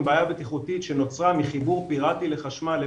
בעיה בטיחותית שנוצרה מחיבור פירטי לחשמל,